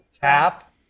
tap